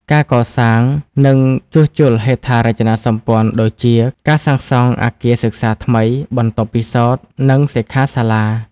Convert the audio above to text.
ការកសាង និងជួសជុលហេដ្ឋារចនាសម្ព័ន្ធដូចជាការសាងសង់អគារសិក្សាថ្មី បន្ទប់ពិសោធន៍ និងសិក្ខាសាលា ។